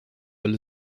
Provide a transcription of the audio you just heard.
weil